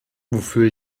wofür